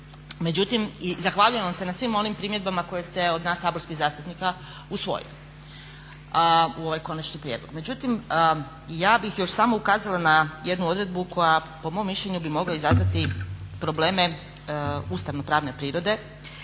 Međutim, i zahvaljujem vam se na svim onim primjedbama koje ste od nas saborskih zastupnika usvojili u ovaj konačni prijedlog. Međutim, ja bih još samo ukazala na jednu odredbu koja po mom mišljenju bi mogla izazvati probleme ustavno pravne prirode.